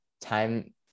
time